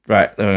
Right